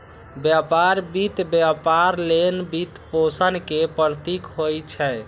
व्यापार वित्त व्यापार लेल वित्तपोषण के प्रतीक होइ छै